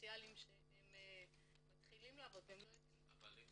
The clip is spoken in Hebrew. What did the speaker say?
סוציאליים שמתחילים לעבוד -- אבל אם